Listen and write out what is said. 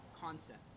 concept